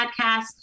podcast